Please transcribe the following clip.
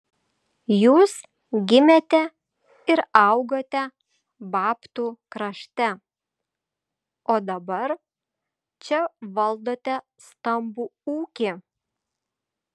jūs gimėte ir augote babtų krašte o dabar čia valdote stambų ūkį